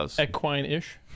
equine-ish